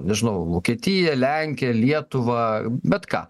nežinau vokietiją lenkiją lietuvą bet ką